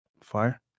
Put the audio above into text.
Fire